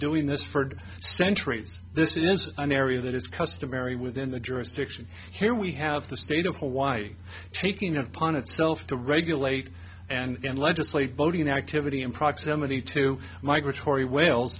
doing this for centuries this is an area that is customary within the jurisdiction here we have the state of hawaii taking upon itself to regulate and legislate boating activity in proximity to migratory w